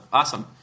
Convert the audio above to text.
awesome